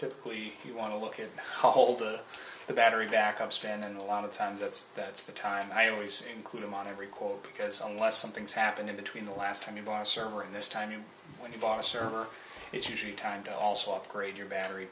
typically you want to look at hold of the battery backup stand and a lot of times that's that's the time i always include them on every call because unless something's happened in between the last time you buy a server in this time when you bought a server it's time to also upgrade your battery